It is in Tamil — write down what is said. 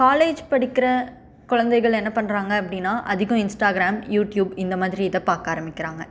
காலேஜ் படிக்கிற குழந்தைகள் என்ன பண்ணுறாங்க அப்படின்னா அதிகம் இன்ஸ்டாகிராம் யூடியூப் இந்த மாதிரி இதை பார்க்க ஆரம்மிக்கிறாங்க